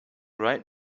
right